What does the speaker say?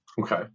Okay